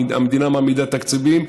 המדינה מעמידה תקציבים.